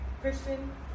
Christian